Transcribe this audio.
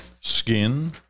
skin